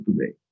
today